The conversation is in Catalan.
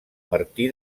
martí